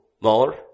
More